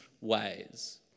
ways